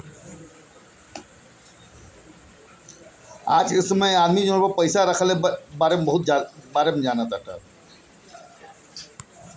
online पईसा भेजला के तू जेतना चाहत बाटअ ओतना लिमिट रख सकेला